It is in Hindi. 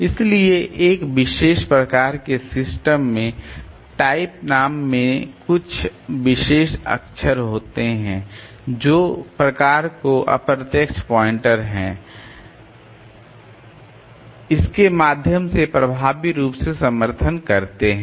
इसलिए एक विशेष प्रकार के सिस्टम में टाइप नाम में कुछ विशेष अक्षर होते हैं जो प्रकार को अप्रत्यक्ष पॉइंटर के माध्यम से प्रभावी रूप से समर्थन करते हैं